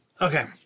Okay